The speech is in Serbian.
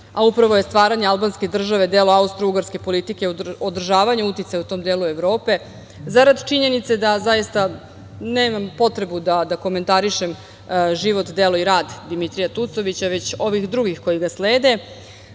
a upravo je stvaranje albanske države delo austrougarske politike, održavanje uticaja u tom delu Evrope, zarad činjenice da zaista nemam potrebu da komentarišem život, delo i rad Dimitrija Tucovića, već ovih drugih koji ga slede,